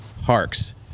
Harks